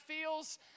feels